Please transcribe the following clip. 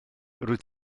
rwyt